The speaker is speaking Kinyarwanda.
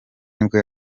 nibwo